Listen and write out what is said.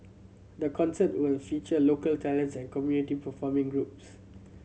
the concert will feature local talents and community performing groups